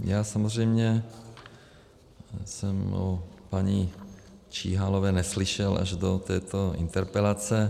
Já samozřejmě jsem o paní Číhalové neslyšel až do této interpelace.